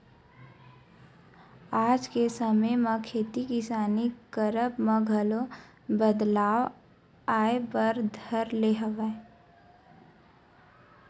आज के समे म खेती किसानी करब म घलो बदलाव आय बर धर ले हवय